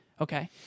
Okay